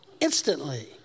instantly